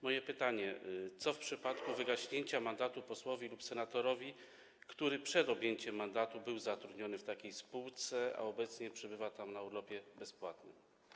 Moje pytanie: Co w przypadku wygaśnięcia mandatu posła lub senatora, który przed objęciem mandatu był zatrudniony w takiej spółce, a obecnie przebywa tam na urlopie bezpłatnym?